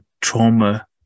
trauma